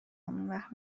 اونوقت